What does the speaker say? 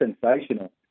sensational